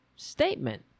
Statement